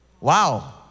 Wow